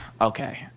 okay